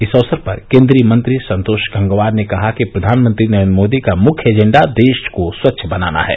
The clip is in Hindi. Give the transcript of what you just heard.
इस अवसर पर केन्द्रीय मंत्री संतोष गंगवार ने कहा कि प्रधानमंत्री नरेन्द्र मोदी का मुख्य एजेंडा देश को स्वच्छ बनाना है